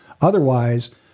Otherwise